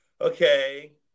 okay